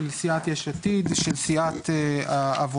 של סיעת יש עתיד,